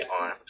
on